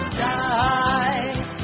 die